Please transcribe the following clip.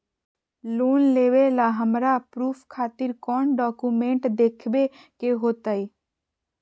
Loan लेबे ला हमरा प्रूफ खातिर कौन डॉक्यूमेंट देखबे के होतई?